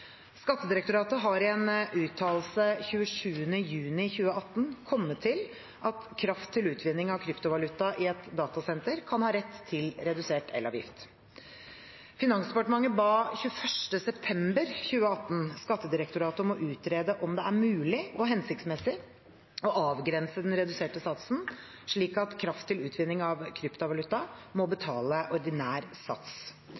Skattedirektoratet har i en uttalelse 27. juni 2018 kommet til at kraft til utvinning av kryptovaluta i et datasenter kan ha rett til redusert elavgift. Finansdepartementet ba 21. september 2018 Skattedirektoratet om å utrede om det er mulig og hensiktsmessig å avgrense den reduserte satsen slik at kraft til utvinning av kryptovaluta må betale ordinær sats.